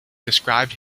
described